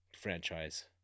franchise